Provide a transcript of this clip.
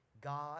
God